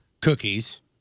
cookies